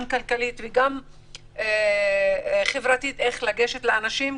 גם כלכלית וגם חברתית איך לגשת לאנשים.